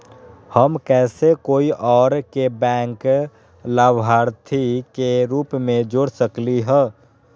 हम कैसे कोई और के बैंक लाभार्थी के रूप में जोर सकली ह?